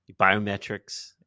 biometrics